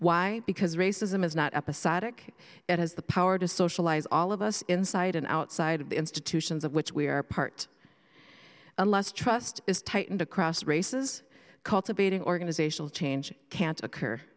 why because racism is not episodic it has the power to socialize all of us inside and outside of the institutions of which we are part unless trust is tightened across races cultivating organizational change can't occur